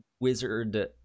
wizard